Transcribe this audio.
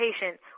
patient